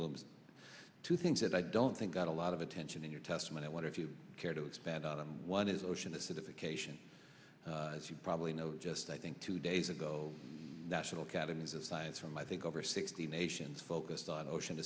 blooms two things that i don't think got a lot of attention in your testimony i wonder if you care to expand on that one is ocean acidification as you probably know just i think two days ago the national academies of science from i think over sixty nations focused on ocean